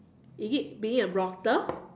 is it being a blogger